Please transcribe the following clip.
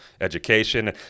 education